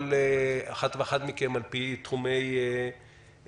כל אחד ואחת מכם, על פי תחומי התמחויותיכם.